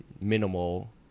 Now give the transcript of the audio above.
minimal